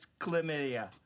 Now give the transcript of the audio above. chlamydia